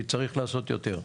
כי צריך לעשות יותר,